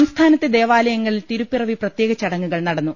സംസ്ഥാനത്തെ ദേവാലയങ്ങളിൽ തിരുപ്പിറവി പ്രത്യേക ചടങ്ങുകൾ നടന്നു